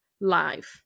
live